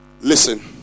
Listen